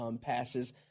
passes